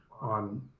on